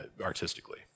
artistically